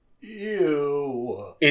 Ew